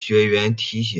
学院